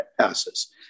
passes